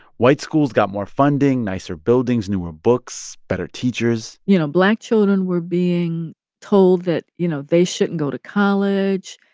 white schools got more funding, nicer buildings, newer books, better teachers you know, black children were being told that, you know, they shouldn't go to college.